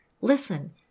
Listen